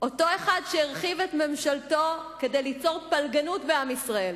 אותו אחד שהרחיב את ממשלתו כדי ליצור פלגנות בעם ישראל,